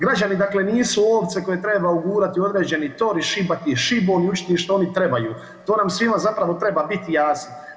Građani dakle nisu ovce koje treba ugurati u određeni tor i šibati ih šibom i učiti što oni trebaju, to nam svima zapravo treba biti jasno.